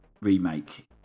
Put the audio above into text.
Remake